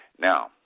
Now